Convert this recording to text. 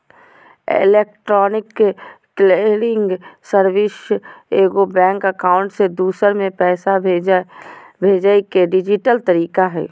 electronic clearing service एगो bank account से दूसर में पैसा भेजय के डिजिटल तरीका हइ